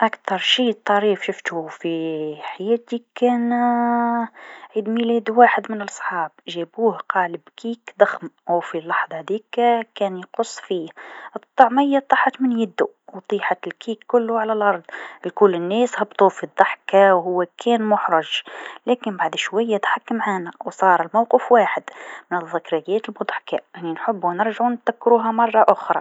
أكثر شيء طريف شفتو في حياتي كان عيد ميلاد واحد من لصحاب، جابوه قالب كيك ضخم و في لحظه ديك كان يقص فيه، الطعميه طاحت من يدو و طيحت الكيك كلو على لأرض، الكل ناس هبطو في الضحك و هو كان محرج لكن بعد شويا ضحك معنا و صار موقف واحد من ذكريات و ضحكات، أني نحبو نتذكروها مره أخرى.